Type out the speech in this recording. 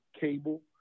cable